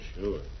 sure